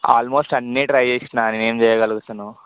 almost అన్ని try చేసిన నేను ఏం చేయిగలుగుతానో